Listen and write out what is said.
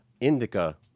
indica